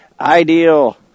ideal